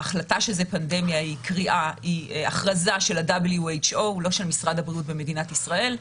ההחלטה שזו פנדמיה היא הכרזה של ה-WHO לא של משרד הבריאות במדינת ישראל.